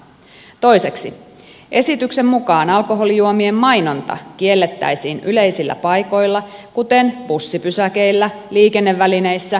toiseksi esityksen mukaan alkoholijuomien mainonta kiellettäisiin yleisillä paikoilla kuten bussipysäkeillä liikennevälineissä ja mainostauluilla